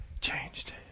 changed